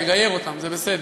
נגייר אותם, זה בסדר.